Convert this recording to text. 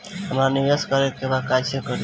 हमरा निवेश करे के बा कईसे करी?